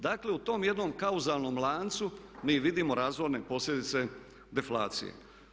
Dakle, u tom jednom kauzalnom lancu mi vidimo razorne posljedice deflacije.